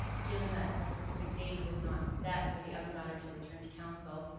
given that a specific date was not set for the other matter to return to council,